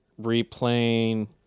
replaying